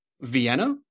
Vienna